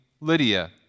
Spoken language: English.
Lydia